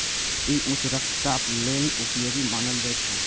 ई उच्च रक्तचाप लेल उपयोगी मानल जाइ छै